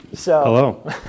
Hello